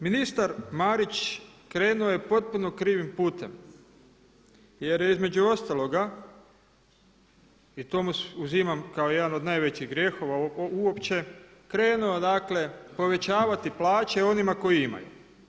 Ministar Marić krenuo je potpuno krivim putem, jer je između ostaloga i to mu uzimam kao jedan od najvećih grijehova uopće krenuo, dakle povećavati plaće onima koji imaju.